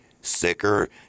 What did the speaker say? sicker